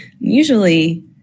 Usually